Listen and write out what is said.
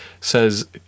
says